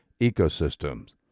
ecosystems